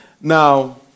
Now